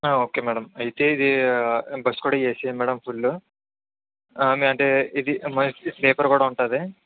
okay madam అయితే ఇదీ bus కూడా ఏసీయేనా మేడం ఫుల్లు మేము అంటే ఇదీ మనకి స్లీపర్ కూడ ఉంటుంది